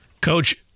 Coach